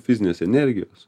fizinės energijos